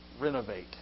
renovate